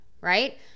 right